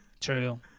True